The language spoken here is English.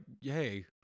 hey